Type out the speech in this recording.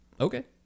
okay